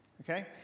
Okay